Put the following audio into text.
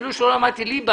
אפילו שלא למדתי ליבה,